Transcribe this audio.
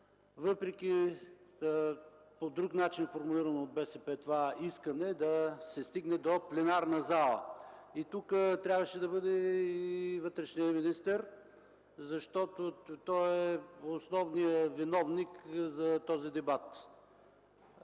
въпреки по друг начин формулирано това искане от БСП да стигне до пленарна зала. Тук трябваше да бъде вътрешният министър, защото той е основният виновник за този дебат.